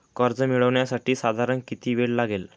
कर्ज मिळविण्यासाठी साधारण किती वेळ लागेल?